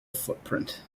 footprint